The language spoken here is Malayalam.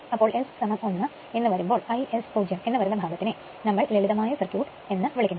അപ്പോൾ S 1 എന്ന് വരുമ്പോൾ എന്ന് വരുന്ന ഭാഗത്തിനെ നമ്മൾ ലളിതമായ സർക്യൂട് എന്ന് വിളിക്കുന്നു